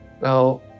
Now